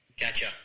Gotcha